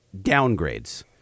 downgrades